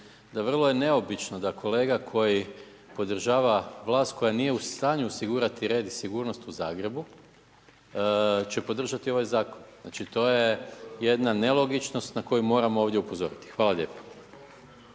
da vrlo je neobično da kolega koji podržava vlast koja nije u stanju osigurati red i sigurnost u Zagrebu će podržati ovaj zakon. Znači to je jedna nelogičnost na koju moram ovdje upozoriti. Hvala lijepo.